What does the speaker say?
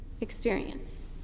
experience